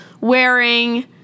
wearing